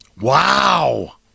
Wow